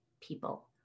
people